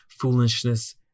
foolishness